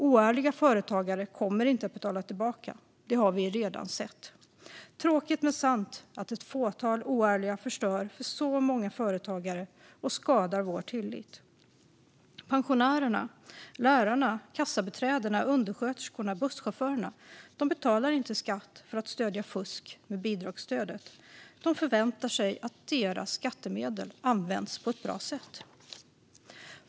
Oärliga företagare kommer inte att betala tillbaka. Det har vi redan sett. Det är tråkigt men sant att ett fåtal oärliga förstör för många företagare och skadar vår tillit. Pensionärerna, lärarna, kassabiträdena, undersköterskorna och busschaufförerna betalar inte skatt för att stödja fusk med bidragsstödet. De förväntar sig att deras skattemedel används på ett bra sätt.